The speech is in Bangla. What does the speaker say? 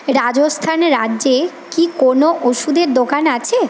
রাজস্থান রাজ্যে কি কোনো ওষুধের দোকান আছে